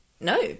No